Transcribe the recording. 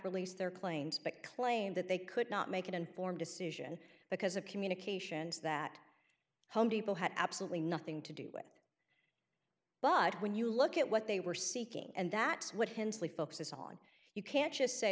release their claims but claim that they could not make an informed decision because of communications that home depot had absolutely nothing to do with but when you look at what they were seeking and that's what hensley focuses on you can't just say